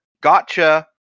gotcha